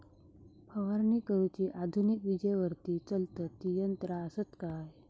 फवारणी करुची आधुनिक विजेवरती चलतत ती यंत्रा आसत काय?